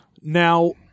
now